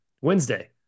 Wednesday